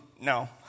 no